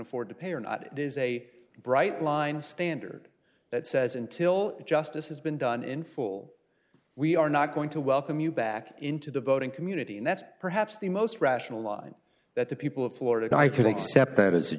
afford to pay or not it is a bright line standard that says until justice has been done in full we are not going to welcome you back into the voting community and that's perhaps the most rational line that the people of florida and i could accept that as a